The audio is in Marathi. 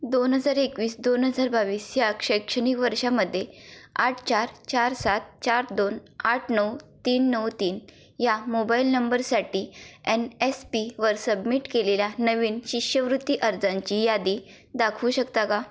दोन हजार एकवीस दोन हजार बावीस ह्या शैक्षणिक वर्षामध्ये आठ चार चार सात चार दोन आठ नऊ तीन नऊ तीन या मोबाईल नंबरसाठी एन एस पीवर सबमिट केलेल्या नवीन शिष्यवृत्ती अर्जांची यादी दाखवू शकता का